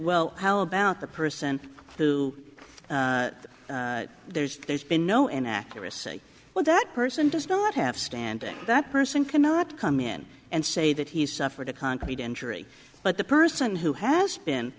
well how about the person who there's there's been no inaccuracy well that person does not have standing that person cannot come in and say that he suffered a concrete injury but the person who has been